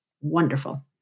wonderful